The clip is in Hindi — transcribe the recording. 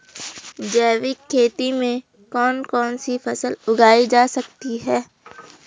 जैविक खेती में कौन कौन सी फसल उगाई जा सकती है?